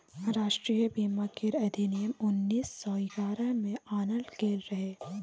राष्ट्रीय बीमा केर अधिनियम उन्नीस सौ ग्यारह में आनल गेल रहे